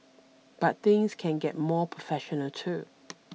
but things can get more professional too